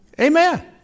Amen